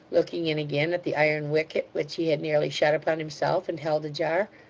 looking in again at the iron wicket, which he had nearly shut upon himself, and held ajar.